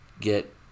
get